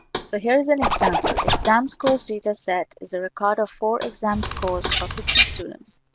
so here is an example. the exam scores data set is a record of four exam scores for fifty students.